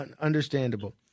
Understandable